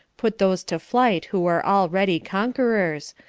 put those to flight who were already conquerors,